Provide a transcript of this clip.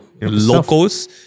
locals